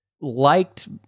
liked